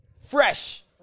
fresh